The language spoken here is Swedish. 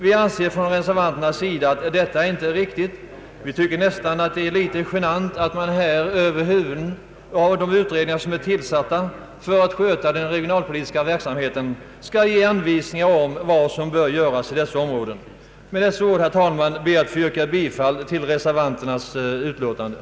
Vi reservanter anser att detta inte är riktigt och tycker nästan att det är litet genant att man till de utredningar som är tillsatta för att sköta den regionalpolitiska verksamheten skall ge anvisningar om vad som bör ske i dessa områden. Med dessa ord, herr talman, ber jag att få yrka bifall till reservationen.